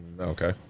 Okay